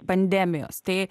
pandemijos tai